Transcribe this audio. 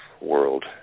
world